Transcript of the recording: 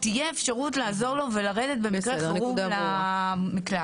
תהיה אפשרות לעזור לו ולרדת במקרה חירום למקלט.